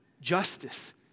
justice